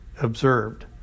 observed